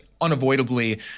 unavoidably